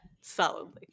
Solidly